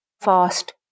fast